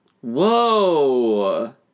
Whoa